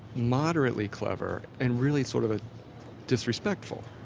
moderately clever, and really sort of disrespectful.